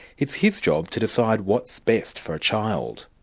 it's his job to decide what's best for a child.